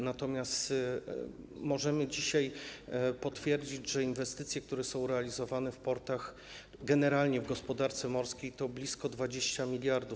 Natomiast możemy dzisiaj potwierdzić, że inwestycje, które są realizowane w portach, generalnie w gospodarce morskiej, to blisko 20 mld.